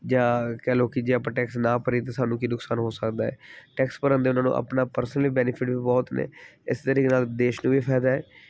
ਜਾਂ ਕਹਿ ਲਓ ਕਿ ਜੇ ਆਪਾਂ ਟੈਕਸ ਨਾ ਭਰੀਏ ਤਾਂ ਸਾਨੂੰ ਕੀ ਨੁਕਸਾਨ ਹੋ ਸਕਦਾ ਹੈ ਟੈਕਸ ਭਰਨ ਦੇ ਉਹਨਾਂ ਨੂੰ ਆਪਣਾ ਪਰਸਨਲੀ ਬੈਨੀਫਿਟ ਵੀ ਬਹੁਤ ਨੇ ਇਸ ਤਰੀਕੇ ਨਾਲ ਦੇਸ਼ ਨੂੰ ਵੀ ਫਾਇਦਾ ਹੈ